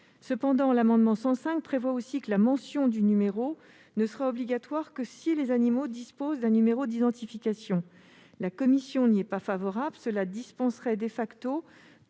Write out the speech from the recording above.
dernier amendement vise aussi à prévoir que la mention du numéro ne sera obligatoire que si les animaux disposent d'un numéro d'identification. La commission n'y est pas favorable, car cela dispenserait tous